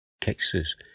cases